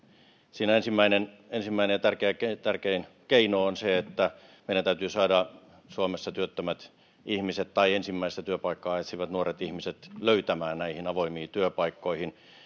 siinä ensimmäinen ensimmäinen ja tärkein keino on se että meidän täytyy saada suomessa työttömät ihmiset tai ensimmäistä työpaikkaa etsivät nuoret ihmiset löytämään näihin avoimiin työpaikkoihin